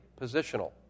positional